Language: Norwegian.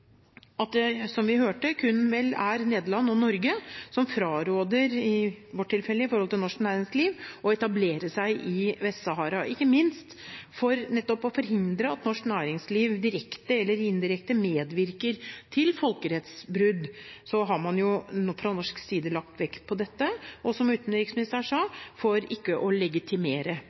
at det, som vi hørte, kun vel er Nederland og Norge som fraråder – i vårt tilfelle med hensyn til norsk næringsliv – å etablere seg i Vest-Sahara. Ikke minst for nettopp å forhindre at norsk næringsliv direkte eller indirekte medvirker til folkerettsbrudd, har man fra norsk side lagt vekt på dette, og, som utenriksministeren sa, for ikke å legitimere